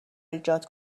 ایجاد